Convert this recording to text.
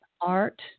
art